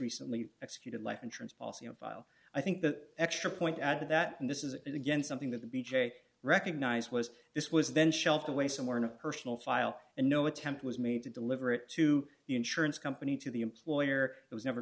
recently executed life insurance policy on file i think that extra point at that and this is again something that the b j recognized was this was then shelved away somewhere in a personal file and no attempt was made to deliver it to the insurance company to the employer it was never